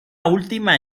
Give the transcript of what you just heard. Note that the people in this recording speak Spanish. última